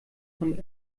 von